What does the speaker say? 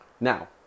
Now